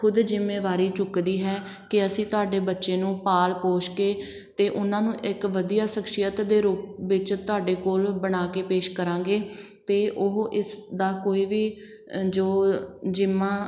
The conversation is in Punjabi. ਖੁਦ ਜਿੰਮੇਵਾਰੀ ਚੁੱਕਦੀ ਹੈ ਕਿ ਅਸੀਂ ਤੁਹਾਡੇ ਬੱਚੇ ਨੂੰ ਪਾਲ ਪੋਸ਼ ਕੇ ਅਤੇ ਉਹਨਾਂ ਨੂੰ ਇੱਕ ਵਧੀਆ ਸ਼ਖਸੀਅਤ ਦੇ ਰੂਪ ਵਿੱਚ ਤੁਹਾਡੇ ਕੋਲ ਬਣਾ ਕੇ ਪੇਸ਼ ਕਰਾਂਗੇ ਸ਼ਖਸੀਅਤ ਤੇ ਉਹ ਇਸ ਦਾ ਕੋਈ ਵੀ ਜੋ ਜਿੰਮਾ